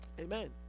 amen